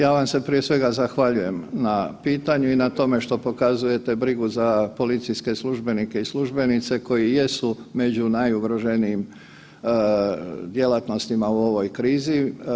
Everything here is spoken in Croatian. Ja vam se prije svega zahvaljujem na pitanju i na tome što pokazujete brigu za policijske službenike i službenice koji jesu među najugroženijim djelatnostima u ovoj krizi.